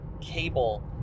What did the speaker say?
cable